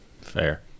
Fair